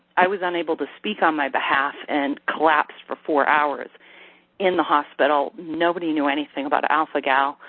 i was unable to speak on my behalf, and collapsed for four hours in the hospital. nobody knew anything about alpha-gal,